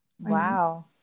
Wow